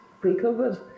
pre-COVID